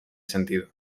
sentido